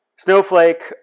Snowflake